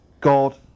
God